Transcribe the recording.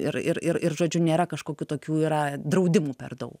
ir ir ir ir žodžiu nėra kažkokių tokių yra draudimų per daug